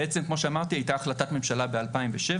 בעצם כמו שאמרתי, הייתה החלטת ממשלה ב-2007,